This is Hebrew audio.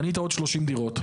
קנית עוד שלושים דירות.